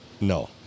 No